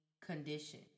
condition